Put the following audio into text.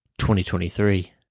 2023